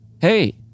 hey